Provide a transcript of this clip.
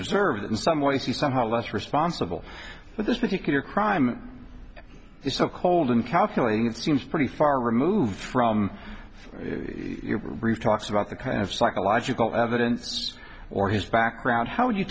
observed that in some ways you somehow less responsible for this particular crime it's so cold and calculating it seems pretty far removed from your roof talks about the kind of psychological evidence or his background how you